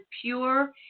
pure